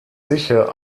sicher